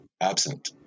absent